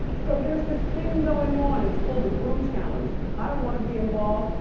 so there's this thing going on. it's called the broom challenge. i don't wanna be involved,